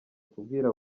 kubwira